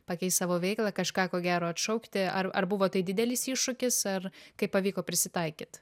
pakeist savo veiklą kažką ko gero atšaukti ar ar buvo tai didelis iššūkis ar kaip pavyko prisitaikyt